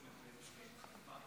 כנסת נכבדה,